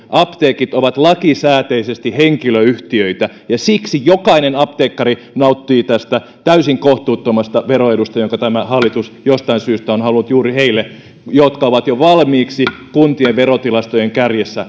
on se että apteekit ovat lakisääteisesti henkilöyhtiöitä ja siksi jokainen apteekkari nauttii tästä täysin kohtuuttomasta veroedusta jonka tämä hallitus jostain syystä on halunnut luovuttaa juuri heille jotka ovat jo valmiiksi kuntien verotilastojen kärjessä